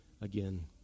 again